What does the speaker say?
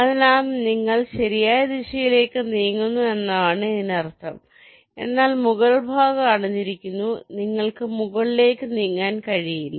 അതിനാൽ നിങ്ങൾ ശരിയായ ദിശയിലേക്ക് നീങ്ങുന്നു എന്നാണ് ഇതിനർത്ഥം എന്നാൽ മുകൾഭാഗം തടഞ്ഞിരിക്കുന്നു നിങ്ങൾക്ക് മുകളിലേക്ക് നീങ്ങാൻ കഴിയില്ല